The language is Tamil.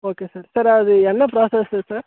ஓகே சார் சார் அது என்ன ப்ராசஸர் சார்